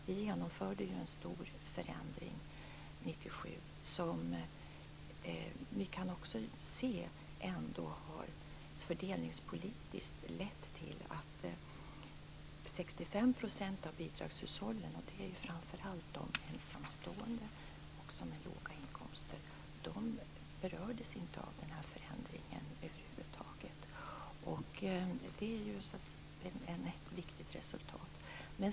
Vi genomförde ju en stor förändring 1997. Fördelningspolitiskt kan vi ändå se att 65 % av bidragshushållen - och det är ju framför allt de ensamstående med låga inkomster - över huvud taget inte berördes av den här förändringen. Det är ju ett viktigt resultat.